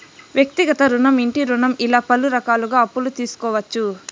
వ్యక్తిగత రుణం ఇంటి రుణం ఇలా పలు రకాలుగా అప్పులు తీసుకోవచ్చు